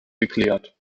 geklärt